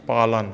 पालन